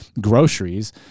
groceries